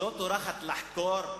שלא טורחת לחקור,